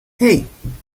hey